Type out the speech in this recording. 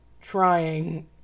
trying